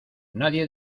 nadie